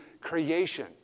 creation